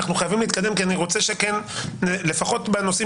אנחנו חייבים להתקדם כי אני רוצה שלפחות בנושאים